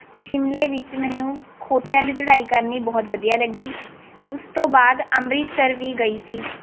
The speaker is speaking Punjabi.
ਸ਼ਿਮਲੇ ਵਿੱਚ ਮੈਨੂੰ ਖੋਤਿਆਂ ਦੀ ਚੜ੍ਹਾਈ ਕਰਨੀ ਬਹੁਤ ਵਧੀਆ ਲੱਗੀ ਉਸ ਤੋਂ ਬਾਅਦ ਅੰਮ੍ਰਿਤਸਰ ਵੀ ਗਈ ਸੀ